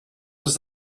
was